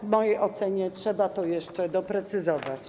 W mojej ocenie trzeba to jeszcze doprecyzować.